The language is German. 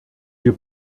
wir